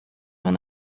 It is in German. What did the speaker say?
man